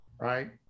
Right